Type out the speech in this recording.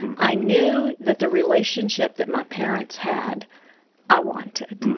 um i knew that the relationship that my parents had i wanted.